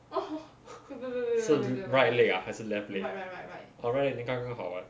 是 right leg ah 还是 left leg oh right leg then 刚刚好 [what]